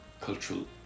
cultural